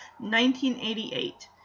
1988